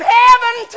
heaven